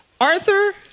Arthur